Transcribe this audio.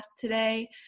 today